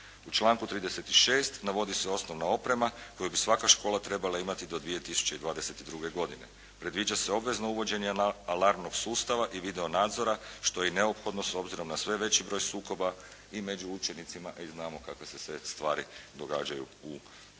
U članku 36. navodi se osnovna oprema koju bi svaka škola trebala imati do 2022. godine. Predviđa se obvezno uvođenje alarmnog sustava i video nadzora što je neophodno s obzirom na sve veći broj sukoba i među učenicima i znamo kakve sve stvari događaju u prostorima